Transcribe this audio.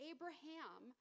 Abraham